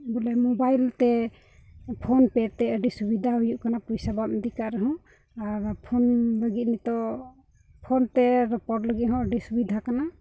ᱵᱚᱞᱮ ᱢᱳᱵᱟᱭᱤᱞ ᱛᱮ PhonePe ᱛᱮ ᱟᱹᱰᱤ ᱥᱩᱵᱤᱫᱷᱟ ᱦᱩᱭᱩᱜ ᱠᱟᱱᱟ ᱯᱚᱭᱥᱟ ᱵᱟᱢ ᱤᱫᱤ ᱠᱟᱜ ᱨᱮᱦᱚᱸ ᱟᱨ ᱯᱷᱳᱱ ᱞᱟᱹᱜᱤᱫ ᱱᱤᱛᱚᱜ ᱯᱷᱳᱱ ᱛᱮ ᱨᱚᱯᱚᱲ ᱞᱟᱹᱜᱤᱫ ᱦᱚᱸ ᱟᱹᱰᱤ ᱥᱩᱵᱤᱫᱷᱟ ᱠᱟᱱᱟ